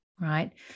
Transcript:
Right